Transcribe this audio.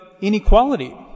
inequality